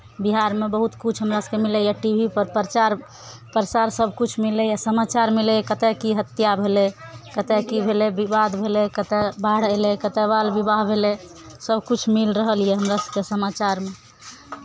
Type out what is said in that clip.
बिहारमे बहुत किछु हमरा सभकेँ मिलैए टी वी पर प्रचार प्रसार सभकिछु मिलैए समाचार मिलैए कतय की हत्या भेलै कतय की भेलै विवाद भेलै कतय बाढ़ि अयलै कतय बाल विवाह भेलै सभकिछु मिल रहल यए हमरा सभके समाचारमे